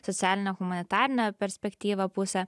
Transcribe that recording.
socialinę humanitarinę perspektyvą pusę